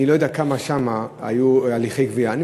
אני לא יודע כמה הליכי גבייה היו שם,